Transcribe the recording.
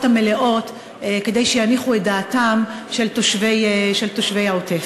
המלאות שיניחו את דעתם של תושבי העוטף.